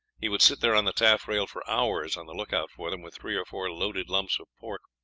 he would sit there on the taffrail for hours on the lookout for them, with three or four loaded lumps of pork.